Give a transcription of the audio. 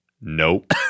Nope